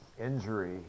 injury